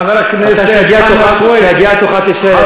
חבר הכנסת חנא סוייד, כשיגיע תורך תשאל.